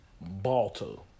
Balto